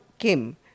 Kim